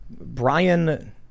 Brian